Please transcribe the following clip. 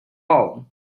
all